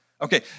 Okay